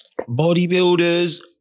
bodybuilders